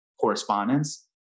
correspondence